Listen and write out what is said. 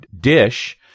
dish